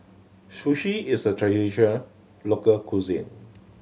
sushi is a traditional local cuisine